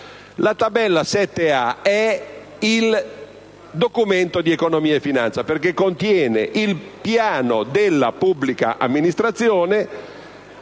Tale tavola è il Documento di economia e finanza, perché contiene il conto della pubblica amministrazione